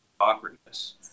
awkwardness